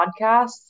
podcasts